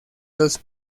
los